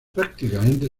prácticamente